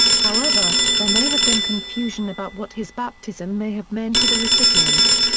however, there may have been confusion about what his baptism may have meant to the recipient.